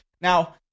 Now